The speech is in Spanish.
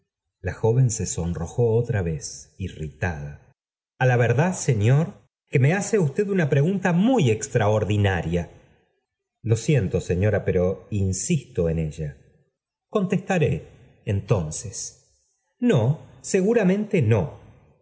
la joven se sonrojó otra vez irritada a la verdad señor que me hace usted una pregunta muy extraordinaria lo siento señora pero insisto en ella contestaré entonces no seguramente no